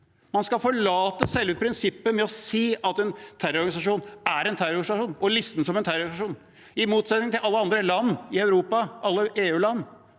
Man skal forlate prinsippet med å si at en terrororganisasjon er en terrororganisasjon og listeføre dem som en terrororganisasjon – i motsetning til alle andre EU-land i Europa, som